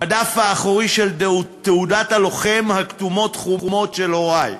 בדף האחורי של תעודות הלוחם הכתומות-חומות של הורי: